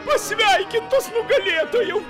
pasveikintas nugalėtojau